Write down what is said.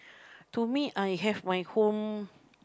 to me I have my home